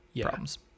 problems